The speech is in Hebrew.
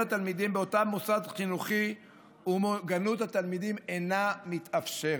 התלמידים באותו מוסד חינוכי ומוגנות התלמידים אינה מתאפשרת.